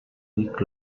week